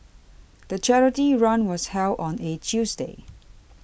the charity run was held on a Tuesday